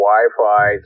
Wi-Fi